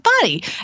body